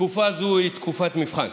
תקופה זו היא תקופת מבחן,